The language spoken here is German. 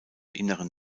inneren